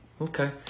okay